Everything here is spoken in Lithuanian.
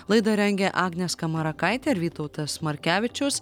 laidą rengė agnė skamarakaitė ir vytautas markevičius